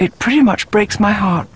it pretty much breaks my heart